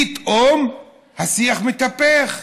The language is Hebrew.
פתאום השיח מתהפך,